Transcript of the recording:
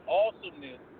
awesomeness